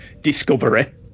Discovery